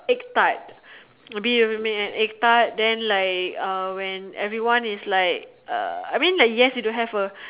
egg Tart maybe you make a egg Tart then like uh when everyone is like uh I mean like yes you don't have a